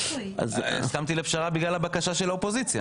אתמול הייתה לנו ישיבה שבה האופוזיציה